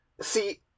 See